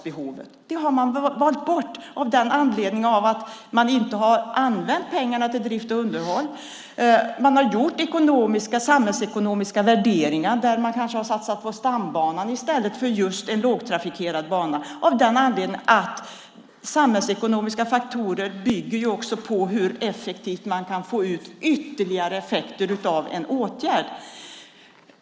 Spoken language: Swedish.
Det valde man bort genom att man inte använde pengarna till drift och underhåll. Man gjorde ekonomiska och samhällsekonomiska värderingar och kanske satsade på stambanan i stället för på en lågtrafikerad bana. De samhällsekonomiska faktorerna bygger också på hur effektivt man kan få ut ytterligare effekter av en åtgärd.